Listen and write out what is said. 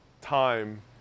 time